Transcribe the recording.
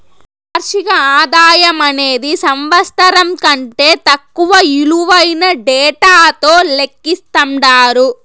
వార్షిక ఆదాయమనేది సంవత్సరం కంటే తక్కువ ఇలువైన డేటాతో లెక్కిస్తండారు